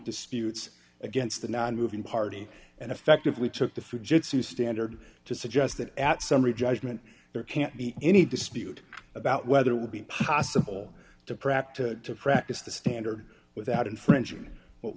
disputes against the nonmoving party and effectively took the fujitsu standard to suggest that at summary judgment there can't be any dispute about whether it would be possible to practice to practice the standard without infringing what